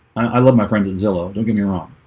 i love my friends at zillow don't get me wrong.